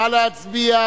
נא להצביע,